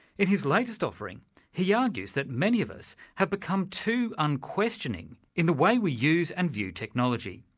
in his latest offering he argues that many of us have become too unquestioning in the way we use and view technology.